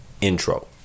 intro